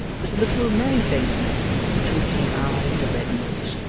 was a little merry-faced man with a twinkling eye and a red nose,